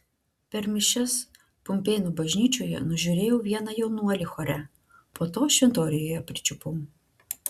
per mišias pumpėnų bažnyčioje nužiūrėjau vieną jaunuolį chore po to šventoriuje pričiupau